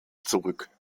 zurück